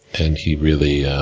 and, he's really,